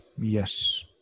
Yes